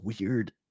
weird